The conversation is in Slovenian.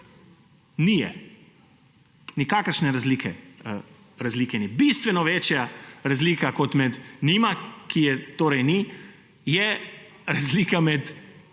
Ni je. Nikakršne razlike ni. Bistveno večja razlika kot med njima, ki je torej ni, je razlika med